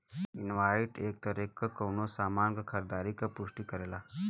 invoice एक तरे से कउनो सामान क खरीदारी क पुष्टि करेला